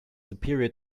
superior